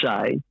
say